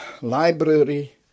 library